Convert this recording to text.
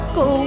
go